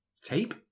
tape